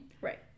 right